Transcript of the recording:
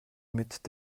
mit